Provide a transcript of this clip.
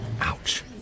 Ouch